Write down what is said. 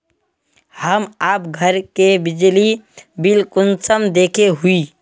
हम आप घर के बिजली बिल कुंसम देखे हुई?